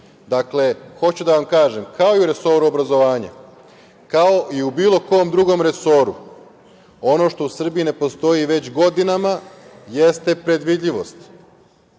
kako već. Hoću da vam kažem, kao i u resoru obrazovanja, kao i u bilo kom drugom resoru, ono što u Srbiji ne postoji već godinama jeste predvidljivost.